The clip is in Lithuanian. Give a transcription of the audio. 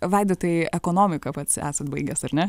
vaidotai ekonomiką pats esat baigęs ar ne